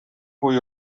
cui